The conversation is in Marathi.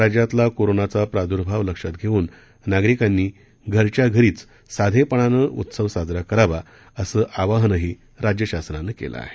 राज्यातला कोरोनाचा प्रादुर्भाव लक्षात घेऊन नागरिकांनी घरच्या घरीच साधेपणानं उत्सव साजरा करावा असं आवाहनही राज्य शासनानं केलं आहे